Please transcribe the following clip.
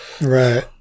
right